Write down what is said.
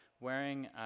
wearing